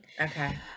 okay